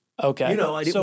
Okay